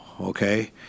okay